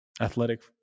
athletic